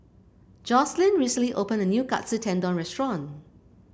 Yoselin recently open a new Katsu Tendon Restaurant